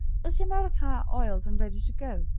is yer motor car iled and ready to go?